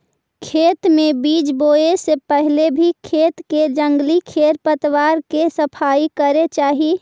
खेत में बीज बोए से पहले भी खेत के जंगली खेर पतवार के सफाई करे चाही